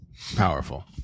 powerful